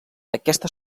aquesta